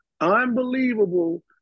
Unbelievable